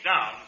down